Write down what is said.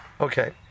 okay